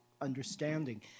understanding